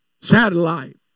satellite